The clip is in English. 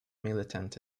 militant